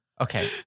Okay